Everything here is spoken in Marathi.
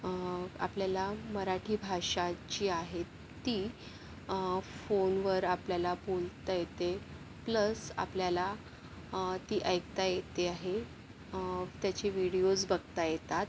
आपल्याला मराठी भाषा जी आहे ती फोनवर आपल्याला बोलता येते प्लस आपल्याला ती ऐकता येते आहे त्याचे व्हिडीओज बघता येतात